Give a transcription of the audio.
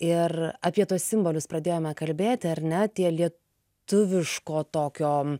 ir apie tuos simbolius pradėjome kalbėti ar ne tie lietuviško tokio